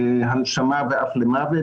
הנשמה ואף למוות.